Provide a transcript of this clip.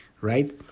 Right